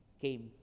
came